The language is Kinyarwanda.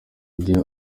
igira